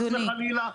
חס וחלילה,